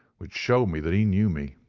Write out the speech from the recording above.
which showed me that he knew me.